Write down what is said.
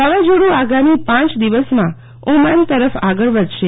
વાવાઝોડ આગામી પાંચ દિવસમાં ઓમાન તરફ આગળ વધશે